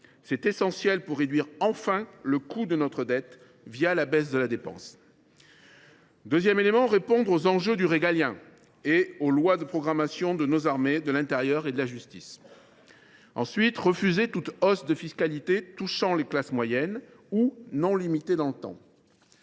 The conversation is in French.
C’est essentiel pour réduire enfin le coût de notre dette, la baisse de la dépense. Deuxièmement, répondre aux enjeux du régalien et des lois de programmation de nos armées, du ministère de l’intérieur et de la justice. Troisièmement, refuser toute hausse de fiscalité touchant les classes moyennes, limitée ou non dans le temps.